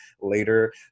later